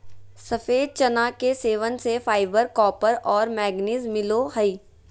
सफ़ेद चना के सेवन से फाइबर, कॉपर और मैंगनीज मिलो हइ